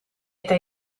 eta